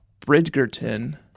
Bridgerton